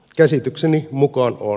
käsitykseni mukaan on